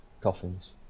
coffins